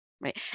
right